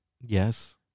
Yes